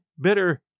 bitter